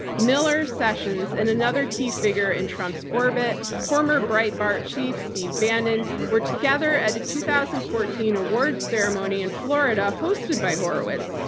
miller, sessions and another key figure in trump's orbit, former breitbart chief, steve bannon, were together at a two thousand and fourteen award ceremony in florida, hosted by horowitz,